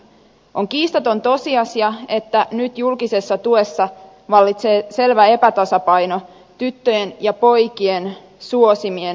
on kiistaton tosiasia että nyt julkisessa tuessa vallitsee selvä epätasapaino tyttöjen ja poikien suosimien lajien välillä